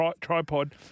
Tripod